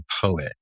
poet